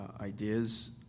ideas